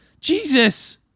Jesus